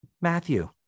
Matthew